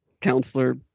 counselor